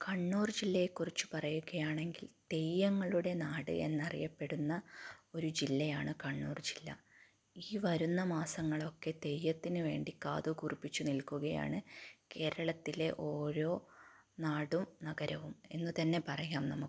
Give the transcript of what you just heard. കണ്ണൂർ ജില്ലയെ കുറിച്ച് പറയുകയാണെങ്കിൽ തെയ്യങ്ങളുടെ നാട് എന്നറിയപ്പെടുന്ന ഒരു ജില്ലയാണ് കണ്ണൂർ ജില്ല ഈ വരുന്ന മാസങ്ങളൊക്കെ തെയ്യത്തിന് വേണ്ടി കാത് കൂർപ്പിച്ച് നിൽക്കുകയാണ് കേരളത്തിലെ ഓരോ നാടും നഗരവും എന്ന് തന്നെ പറയാം നമുക്ക്